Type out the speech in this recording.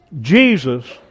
Jesus